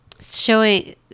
showing